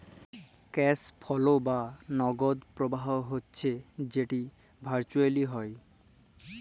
cash flow বা নগদ পরবাহ হচ্যে যেট ভারচুয়েলি হ্যয়